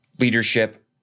leadership